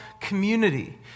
community